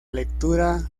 lectura